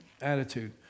attitude